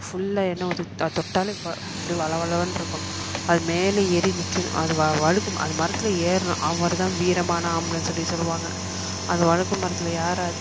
ஃபுல்லாக எண்ணெய் ஊற்றி அதை தொட்டாலே வ அப்டி வல வல வலன்னு இருக்கும் அது மேலே ஏறி நிற்கணும் அது வ வ வலுக்கும் அது மரத்தில் ஏறுணும் அவங்க மட்டும் தான் வீரமான ஆம்பளன்னு சொல்லி சொல்லுவாங்க அந்த வலுக்கு மரத்தில் யாராரு